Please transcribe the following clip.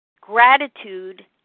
Gratitude